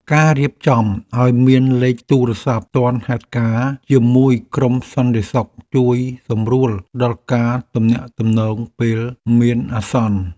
ការរៀបចំឱ្យមានលេខទូរស័ព្ទទាន់ហេតុការណ៍ជាមួយក្រុមសន្តិសុខជួយសម្រួលដល់ការទំនាក់ទំនងពេលមានអាសន្ន។